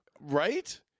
Right